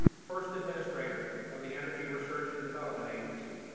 first administrator of the energy research and development agency,